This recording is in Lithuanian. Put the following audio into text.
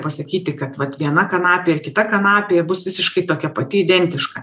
pasakyti kad vat viena kanapė ir kita kanapė bus visiškai tokia pati identiška